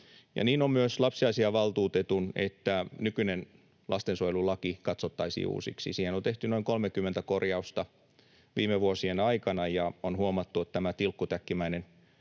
niin on myös lapsiasiavaltuutetun, että nykyinen lastensuojelulaki katsottaisiin uusiksi. Siihen on tehty noin 30 korjausta viime vuosien aikana, ja on huomattu, että tämä tilkkutäkkimäinen